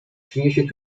przyniesie